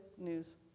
news